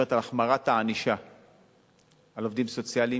שמדברת על החמרת הענישה על תקיפת עובדים סוציאליים.